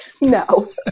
no